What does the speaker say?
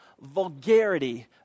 vulgarity